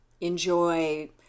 enjoy